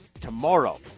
tomorrow